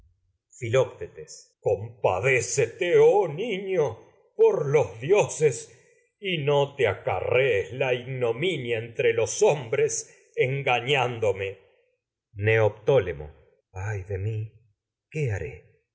filoctetes compadécete oh niño por los dio ses y no te acarrees la ignominia entre los hombres engañándome neoptólemo ay de mi qué haré